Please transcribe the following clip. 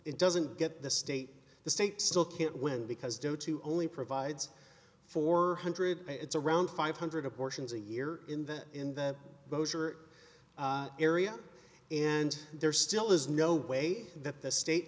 it doesn't get the state the state still can't win because due to only provides four hundred it's around five hundred abortions a year in that in that area and there still is no way that the state